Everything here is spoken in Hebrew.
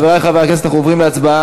חברי חברי הכנסת, אנחנו עוברים להצבעה.